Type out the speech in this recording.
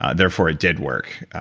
ah therefore it did work,